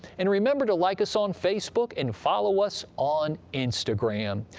and remember to like us on facebook and follow us on instagram.